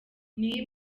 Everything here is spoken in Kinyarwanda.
niyo